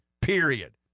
period